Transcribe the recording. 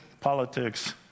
politics